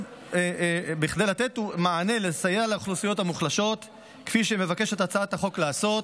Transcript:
כדי לתת מענה ולסייע לאוכלוסיות המוחלשות כפי שמבקשת הצעת החוק לעשות,